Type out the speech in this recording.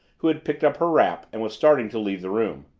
who had picked up her wrap and was starting to leave the room.